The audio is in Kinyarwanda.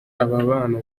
ababana